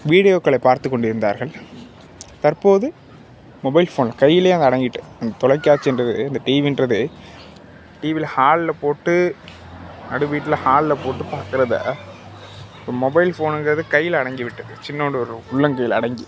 வீடியோக்களை பார்த்து கொண்டிருந்தார்கள் தற்போது மொபைல் ஃபோன்லயே கையிலேயே அது அடங்கிட்டு தொலைக்காட்சின்றது இந்த டீவின்றது டீவியில் ஹாலில் போட்டு நடு வீட்டில் ஹாலில் போட்டு பார்க்குறத இப்போ மொபைல் ஃபோனுங்கிறது கையில் அடங்கி விட்டது சின்னோண்டு ஒரு உள்ளங்கையில் அடங்கி